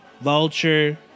Vulture